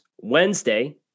wednesday